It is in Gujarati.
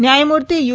ન્યાયમૂર્તિ યુ